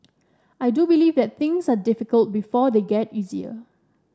I do believe that things are difficult before they get easier